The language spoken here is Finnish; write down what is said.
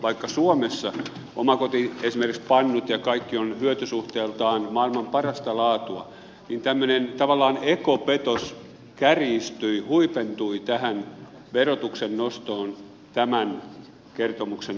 vaikka suomessa esimerkiksi omakotitalojen pannut ja kaikki ovat hyötysuhteeltaan maailman parasta laatua niin tämmöinen tavallaan ekopetos kärjistyi huipentui tähän verotuksen nostoon tämän kertomuksen aikana